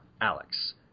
Alex